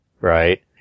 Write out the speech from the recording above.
right